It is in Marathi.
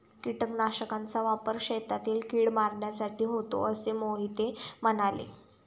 कीटकनाशकांचा वापर शेतातील कीड मारण्यासाठी होतो असे मोहिते म्हणाले